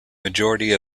majority